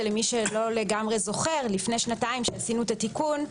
למי שלא זוכר לפני שנתיים כשעשינו את התיקון,